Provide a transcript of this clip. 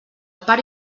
pare